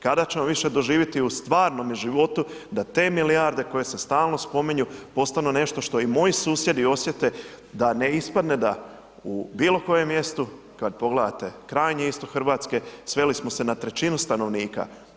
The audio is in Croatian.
Kada ćemo više doživjeti u stvarnome životu da te milijarde koje se stalno spominju postanu nešto što i moji susjedi osjete da ne ispadne da u bilo kojem mjestu kada pogledate krajnji istok Hrvatske sveli smo se na trećinu stanovnika?